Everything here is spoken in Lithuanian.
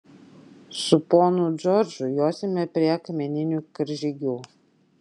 su ponu džordžu josime prie akmeninių karžygių